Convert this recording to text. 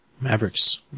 Mavericks